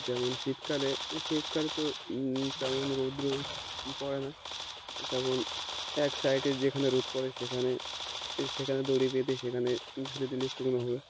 যেমন শীতকালে শীতকালে তো যেমন রোদ পড়ে না তখন এক সাইডে যেখানে রোদ পড়ে সেখানে সেখানে দড়ি বেঁধে সেখানে ঝুলিয়ে দিলে শুকনো হবে